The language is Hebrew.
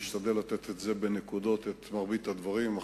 אני אשתדל לתת את מרבית הדברים בנקודות